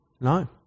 No